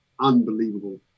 unbelievable